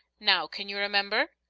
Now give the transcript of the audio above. now, can you remember?